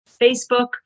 Facebook